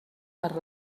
per